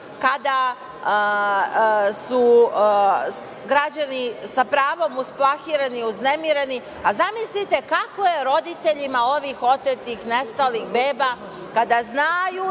kada su građani sa pravom usplahireni i uznemireni, a zamislite kako je roditeljima ovih otetih, nestalih beba, kada znaju